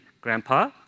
grandpa